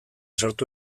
sortu